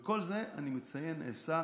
כל זה, אני מציין, נעשה